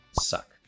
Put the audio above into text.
suck